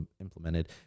implemented